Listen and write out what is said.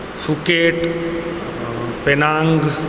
Phuket Penang